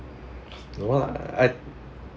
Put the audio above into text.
no ah I